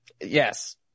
Yes